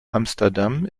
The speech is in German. amsterdam